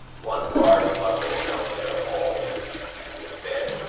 one large bundle held their all bed,